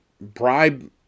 bribe